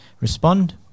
respond